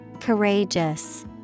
courageous